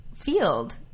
field